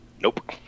Nope